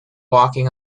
walking